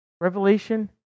Revelation